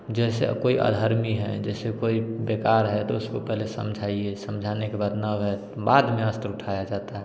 जैसे अब कोई अधर्मी है जैसे कोई बेकार है तो उसको पहले समझाइए समझाने के बाद है बाद में अस्त्र उठाया जाता है